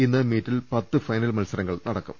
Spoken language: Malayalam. ഇന്ന് മീറ്റിൽ പത്ത് ഫൈനൽ മത്സരങ്ങൾ നടക്കും